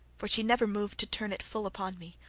for she never moved to turn it full upon me,